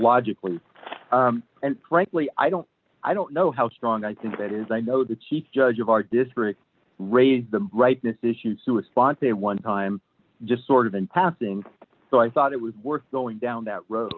logically and frankly i don't i don't know how strong i think that is i know the chief judge of our district raised the rightness issues to a sponsor a one time just sort of in passing so i thought it was worth going down that road